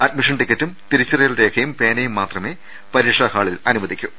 admission ടിക്കറ്റും തിരിച്ചറി യൽ രേഖയും പേനയും മാത്രമേ പരീക്ഷാ ഹാളിൽ അനുവദിക്കൂ